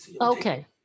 Okay